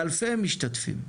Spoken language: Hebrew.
לאלפי משתתפים.